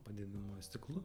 padidinamuoju stiklu